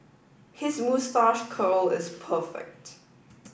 his moustache curl is perfect